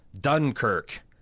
Dunkirk